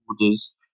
orders